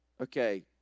Okay